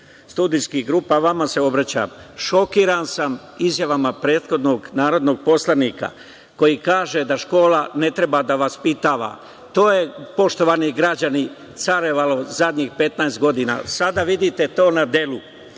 studijskih grupa, vama se obraćam. Šokiran sam izjavama prethodnog narodnog poslanika koji kaže da škola ne treba da vaspitava. To je, poštovani građani, carevalo zadnjih 15 godina. Sada vidite to na